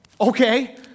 Okay